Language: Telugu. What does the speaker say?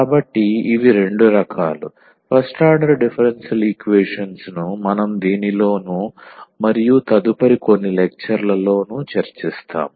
కాబట్టి ఇవి రెండు రకాలు ఫస్ట్ ఆర్డర్ డిఫరెన్షియల్ ఈక్వేషన్స్ ను మనం దీనిలోను మరియు తదుపరి కొన్ని లెక్చర్లలో చర్చిస్తాం